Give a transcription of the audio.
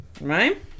right